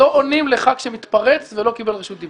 לא עונים לח"כ שהתפרץ ולא קיבל רשות דיבור.